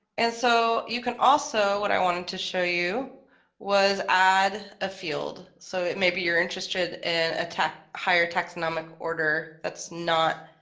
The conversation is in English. and so you can also what i wanted to show you was add a field so it maybe you're interested in a higher taxonomic order. that's not